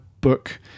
book